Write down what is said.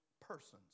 persons